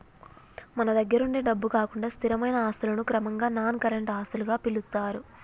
మన దగ్గరుండే డబ్బు కాకుండా స్థిరమైన ఆస్తులను క్రమంగా నాన్ కరెంట్ ఆస్తులుగా పిలుత్తారు